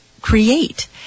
create